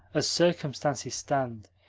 as circumstances stand,